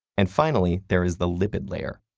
and, finally, there is the lipid layer,